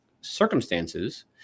circumstances